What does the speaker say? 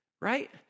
right